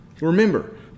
Remember